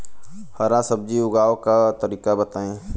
हरा सब्जी उगाव का तरीका बताई?